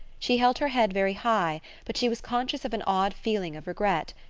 she held her head very high, but she was conscious of an odd feeling of regret.